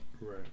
Right